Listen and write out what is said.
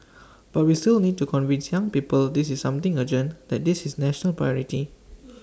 but we still need to convince young people this is something urgent that this is national priority